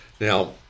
Now